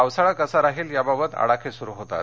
पावसाळा कसा राहील याबाबत आडाखे सूरू होतात